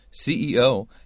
CEO